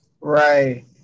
Right